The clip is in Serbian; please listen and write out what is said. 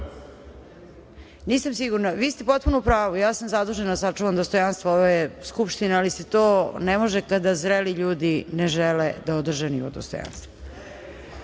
Nisam sigurna. Vi ste potpuno u pravu, ja sam zadužena da sačuvam dostojanstvo ove Skupštine, ali to ne možete kada zreli ljudi ne žele da održe nivo dostojanstva. Ana